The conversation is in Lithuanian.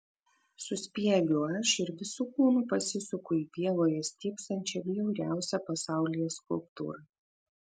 suspiegiu aš ir visu kūnu pasisuku į pievoje stypsančią bjauriausią pasaulyje skulptūrą